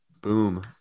Boom